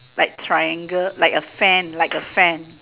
like triangle like a fan like a fan